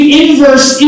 inverse